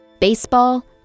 baseball